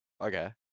Okay